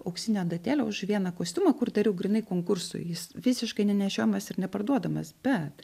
auksinę adatėlę už vieną kostiumą kur dariau grynai konkursui jis visiškai nenešiojamas ir neparduodamas bet